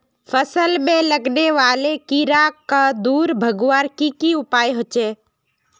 फसल में लगने वाले कीड़ा क दूर भगवार की की उपाय होचे?